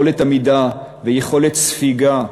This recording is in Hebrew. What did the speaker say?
יכולת עמידה ויכולת ספיגה,